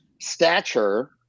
stature